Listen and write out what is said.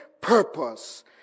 purpose